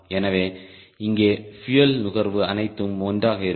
எனவே இங்கே பியூயல் நுகர்வு அனைத்தும் ஒன்றாக இருக்கும்